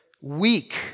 weak